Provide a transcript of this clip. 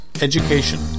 education